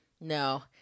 No